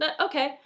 Okay